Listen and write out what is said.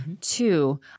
Two